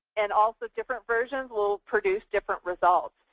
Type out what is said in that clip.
and also different versions will produce different results.